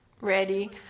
ready